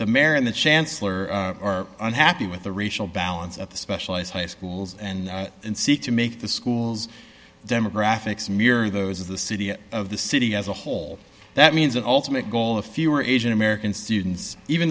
the mare and the chancellor are unhappy with the racial balance of the specialized high schools and seek to make the schools demographics mirror those of the city of the city as a whole that means an ultimate goal of fewer asian american students even